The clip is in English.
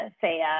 say